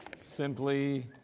Simply